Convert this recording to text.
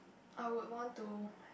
I would want to